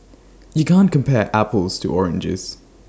you can't compare apples to oranges